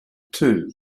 too